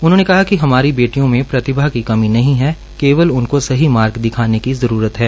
उन्होंने कहा कि हमारी बेटियों में प्रतिभा की कमी नहीं है केवल उनको सही मार्ग दिखाने की जरूरी है